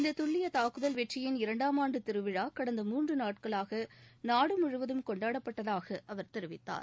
இந்த தல்லிய தாக்குதல் வெற்றியின் இரண்டாம் ஆண்டு திருவிழா கடந்த மூன்று நாட்களாக நாடு முழுவதும் கொண்டாடப்பட்டதாக அவர் தெரிவித்தார்